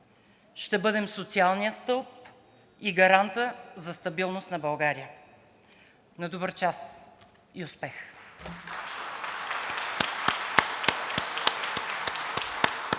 ще бъдем социалният стълб и гарантът за стабилност на България. На добър час и успех!